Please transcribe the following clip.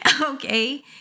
Okay